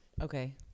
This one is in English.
okay